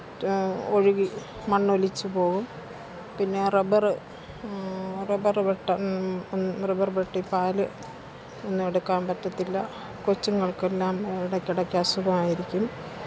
ഒഴുകി മണ്ണൊലിച്ചു പോകും പിന്നെ റബ്ബർ റബ്ബർ വെട്ട് റബ്ബർ വെട്ടി പാല് ഒന്നും എടുക്കാന് പറ്റത്തില്ല കൊച്ചുങ്ങള്ക്കെല്ലാം ഇടക്കിടയ്ക്കസുഖമായിരിക്കും